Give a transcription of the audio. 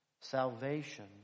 salvation